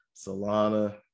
Solana